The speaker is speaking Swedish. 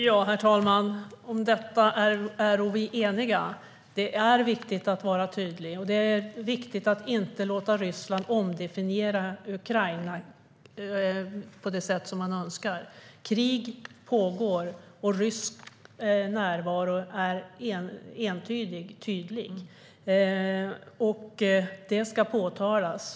Herr talman! Om detta äro vi eniga. Det är viktigt att vara tydlig, och det är viktigt att inte låta Ryssland omdefiniera Ukraina på det sätt som de önskar. Krig pågår, och den ryska närvaron är entydig. Detta ska påtalas.